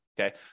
Okay